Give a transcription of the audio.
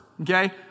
Okay